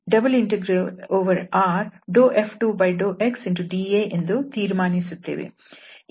ಆದ್ದರಿಂದ ನಾವು CF2dy∬RF2∂xdA ಎಂದು ತೀರ್ಮಾನಿಸುತ್ತೇವೆ